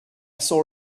saw